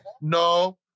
no